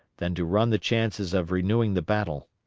than to run the chances of renewing the battle.